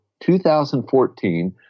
2014